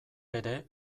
ere